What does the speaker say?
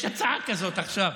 יש הצעה כזאת עכשיו,